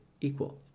equal